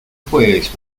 puedes